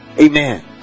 Amen